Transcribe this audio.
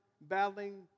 battling